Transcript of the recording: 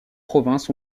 provinces